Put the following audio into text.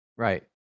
Right